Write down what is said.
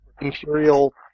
imperial